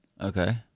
Okay